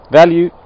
value